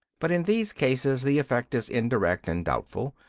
but in these cases the effect is indirect and doubtful.